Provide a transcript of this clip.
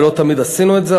ולא תמיד עשינו את זה.